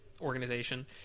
organization